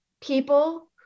people